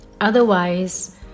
Otherwise